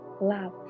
love